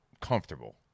comfortable